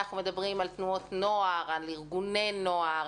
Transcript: אנחנו מדברים על תנועות נוער, על ארגוני נוער.